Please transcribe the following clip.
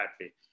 happy